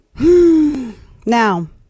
Now